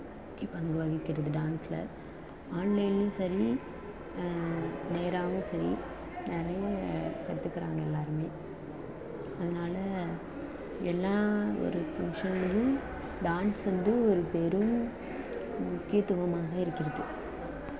முக்கியப் பங்கு வகிக்கறது டான்ஸில் ஆன்லைன்லேயும் சரி நேராகவும் சரி நிறைய கற்றுக்கறாங்க எல்லாேருமே அதனால் எல்லா ஒரு ஃபங்க்ஷன்லேயும் டான்ஸ் வந்து ஒரு பெரும் முக்கியத்துவமாக இருக்கிறது